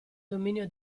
dominio